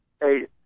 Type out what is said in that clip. Hey